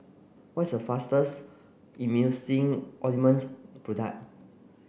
what's a fastest Emulsying Ointment product